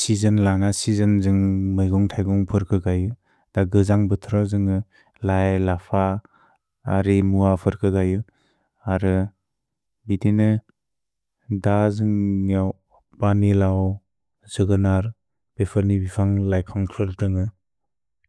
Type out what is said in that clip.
Season लन्ग, season जुन्ग् मैबोन्ग्तैगोन्ग् फ्र्क गैयो। अ गजन्ग्ब त्र जुन्ग् लै, लफ, अरे मुअ फ्र्क गैयो। अर् बितेने, न्द जुन्ग् न्गौपनि लौ सोगनर्, बिफनि बिफन्ग्लैफन्ग्दुन्ग।